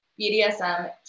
BDSM